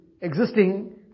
existing